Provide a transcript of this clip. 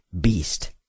beast